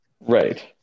right